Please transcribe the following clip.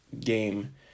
game